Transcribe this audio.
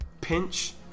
pinch